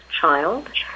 child